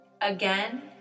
again